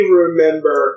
remember